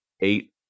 eight